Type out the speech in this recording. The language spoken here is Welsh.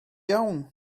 iawn